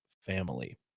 family